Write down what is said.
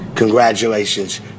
Congratulations